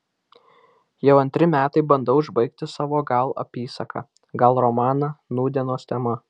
jau antri metai bandau užbaigti savo gal apysaką gal romaną nūdienos tema